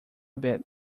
bit